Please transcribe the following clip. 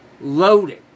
loaded